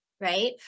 right